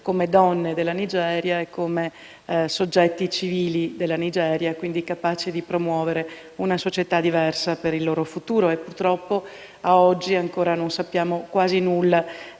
come donne e come soggetti civili della Nigeria, quindi capaci di promuovere una società diversa per il loro futuro. Purtroppo ad oggi ancora non sappiamo quasi nulla